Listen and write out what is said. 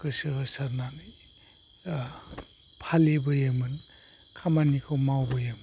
गोसो होसारनानै फालिबोयोमोन खामानिखौ मावबोयोमोन